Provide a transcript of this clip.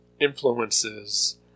influences